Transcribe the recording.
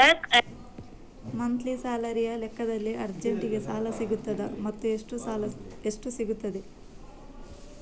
Monthly ಸ್ಯಾಲರಿಯ ಲೆಕ್ಕದಲ್ಲಿ ಅರ್ಜೆಂಟಿಗೆ ಸಾಲ ಸಿಗುತ್ತದಾ ಮತ್ತುಎಷ್ಟು ಸಿಗುತ್ತದೆ?